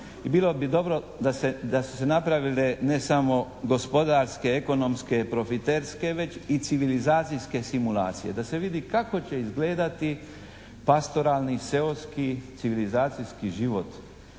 i bilo bi dobro da su se napravile ne samo gospodarske, ekonomske, profiterske već i civilizacijske simulacije da se vidi kako će izgledati pastoralni, seoski, civilizacijski život,